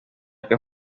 que